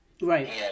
right